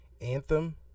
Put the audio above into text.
Anthem